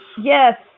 Yes